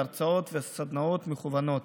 הרצאות וסדנאות מקוונות.